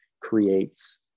creates